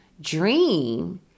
dream